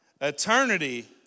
Eternity